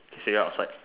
say outside